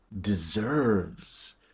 deserves